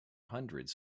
hundreds